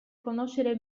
conoscere